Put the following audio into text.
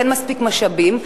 אין מספיק משאבים,